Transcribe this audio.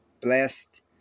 blessed